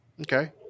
Okay